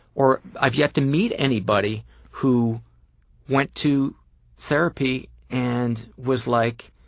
or i've yet to meet anybody who went to therapy and was like,